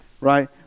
right